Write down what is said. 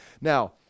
Now